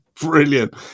brilliant